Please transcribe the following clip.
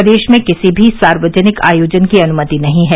प्रदेश में किसी भी सार्वजनिक आयोजन की अनुमति नहीं है